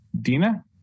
Dina